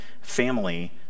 family